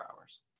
hours